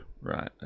Right